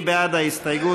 מי בעד ההסתייגות?